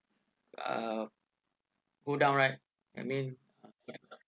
uh go down right I mean